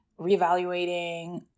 reevaluating